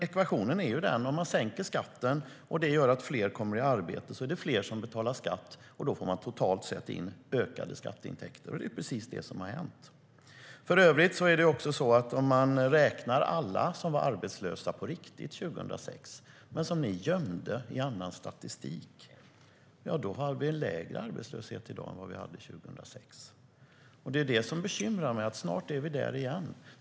Ekvationen är den att om skatten sänks kommer fler i arbete, och då är det fler som betalar skatt - och man får totalt sett in ökade skatteintäkter. Det är precis vad som har hänt. Om man räknar alla som var arbetslösa på riktigt 2006, men som ni gömde i annan statistik, är arbetslösheten lägre i dag. Det bekymrar mig att vi snart är där igen.